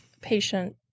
patient